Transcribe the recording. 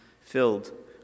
filled